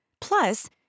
Plus